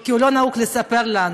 כי לא נהגו לספר לנו.